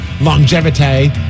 longevity